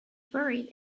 buried